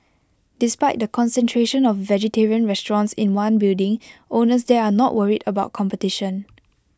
despite the concentration of vegetarian restaurants in one building owners there are not worried about competition